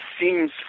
seems